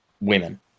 women